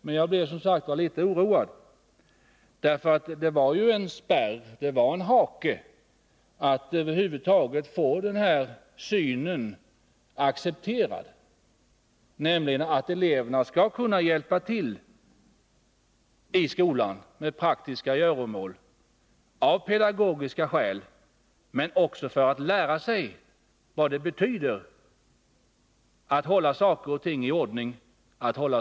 Men det fanns en spärr mot den synen — och det var svårt att få den accepterad — att eleverna skall kunna hjälpa till med praktiska göromål i skolan; detta av pedagogiska skäl men också för att lära sig vad det betyder att hålla saker och ting i ordning.